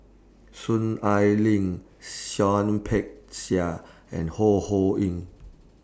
Soon Ai Ling Seah Peck Seah and Ho Ho Ying